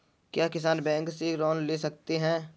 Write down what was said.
क्या किसान बैंक से लोन ले सकते हैं?